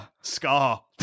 Scar